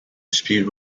speed